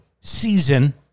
season